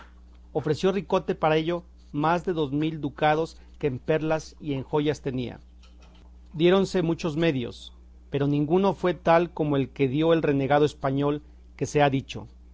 ofreció ricote para ello más de dos mil ducados que en perlas y en joyas tenía diéronse muchos medios pero ninguno fue tal como el que dio el renegado español que se ha dicho